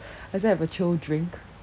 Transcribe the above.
I say have a chill drink